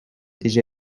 déjà